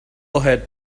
ahead